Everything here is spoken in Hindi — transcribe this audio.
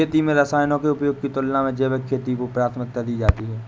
खेती में रसायनों के उपयोग की तुलना में जैविक खेती को प्राथमिकता दी जाती है